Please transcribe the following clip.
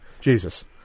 Jesus